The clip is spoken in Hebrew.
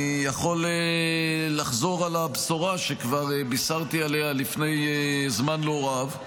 אני יכול לחזור על הבשורה שכבר בישרתי עליה לפני זמן לא רב: